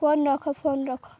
phone ରଖ phone ରଖ